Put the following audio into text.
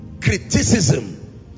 criticism